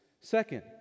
second